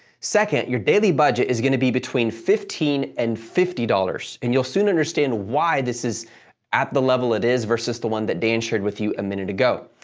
second, your daily budget is going to be between fifteen and fifty dollars, and you'll soon understand why this is at the level it is versus the one that dan shared with you a minute ago.